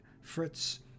Fritz